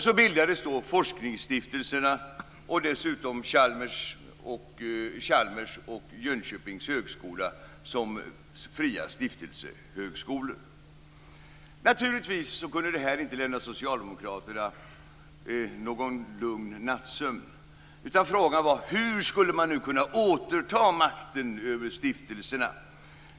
Så bildades forskningsstiftelserna och dessutom Chalmers och Naturligtvis kunde det här inte ge socialdemokraterna någon lugn nattsömn, utan frågan var hur man skulle kunna återta makten över stiftelserna.